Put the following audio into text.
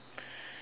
ya